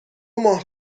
ماه